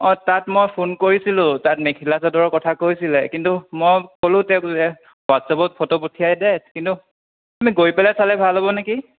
অ' তাত মই ফোন কৰিছিলোঁ তাত মেখেলা চাদৰৰ কথা কৈছিলে কিন্তু মই ক'লোঁ তেওঁক যে হোৱাতছএপত ফটো পঠিয়াই দে কিন্তু গৈ পেলাই চালে ভাল হ'ব নেকি